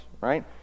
Right